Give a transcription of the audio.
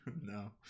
no